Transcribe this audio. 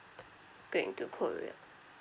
going to korea